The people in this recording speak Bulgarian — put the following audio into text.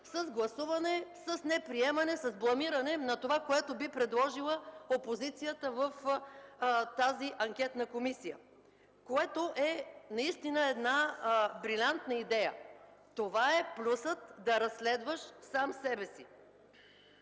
с гласуване, с неприемане, с бламиране на това, което би предложила опозицията в тази анкетна комисия. Това наистина е една брилянтна идея – това е плюсът да разследваш сам себе си.